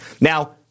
Now